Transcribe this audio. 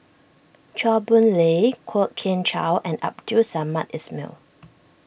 Chua Boon Lay Kwok Kian Chow and Abdul Samad Ismail